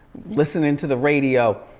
listening to the radio,